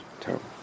terrible